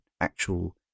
actual